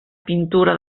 pintura